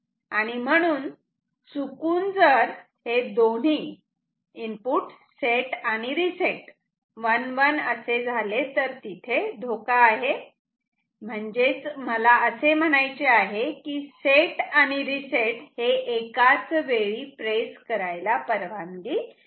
आणि म्हणून चुकून जर हे दोन्ही सेट आणि रिसेट 1 1 असे झाले तर तिथे धोका आहे म्हणजेच मला असे म्हणायचे आहे की सेट आणि रिसेट एकाच वेळी प्रेस करायला परवानगी नाही